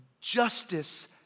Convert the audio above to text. justice